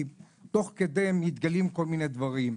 כי תוך כדי מתגלים כל מיני דברים.